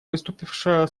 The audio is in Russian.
выступившего